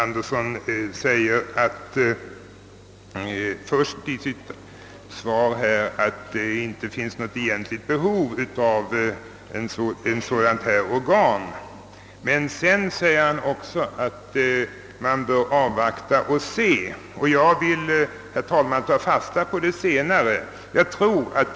Herr talman! Herr Andersson i öÖörebro sade inledningsvis att det inte finns något egentligt behov av ett organ Ssådant som det i motionerna föreslagna, men sedan framhöll han att vi bör avvakta och se. Jag tar, herr talman, fasta på det senare uttalandet.